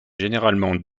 généralement